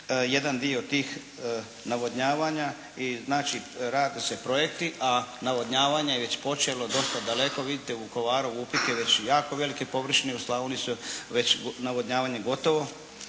jedan dio tih navodnjavanja i znači rade se projekti a navodnjavanje je već počelo dosta daleko, vidite u Vukovaru, VUPIK je već jako velike površine, u Slavoniji je već navodnjavanje gotovo,